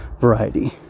variety